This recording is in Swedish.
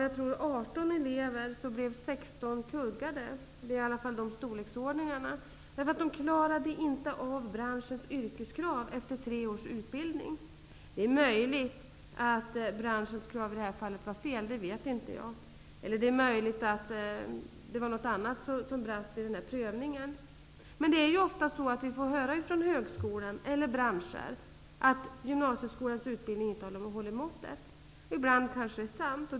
Av 18 elever blev 16 kuggade -- siffrorna var i alla fall i den storleksordningen -- därför att de efter tre års utbildning inte klarade av branschens yrkeskrav. Det är möjligt att branschens krav i det här fallet var felaktiga -- det vet inte jag. Det är också möjligt att det var något som brast i prövningen. Vi får ofta höra från högskolan eller från branscher att gymnasieskolans utbildning inte håller måttet. Ibland kanske det är sant.